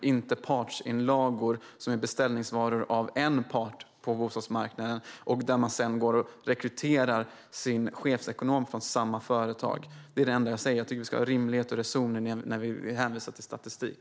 Vi ska inte använda oss av partsinlagor som är beställningsvaror av en part på bostadsmarknaden, som sedan rekryterar sin chefsekonom från samma företag. Jag tycker att det ska vara rim och reson när vi hänvisar till statistik.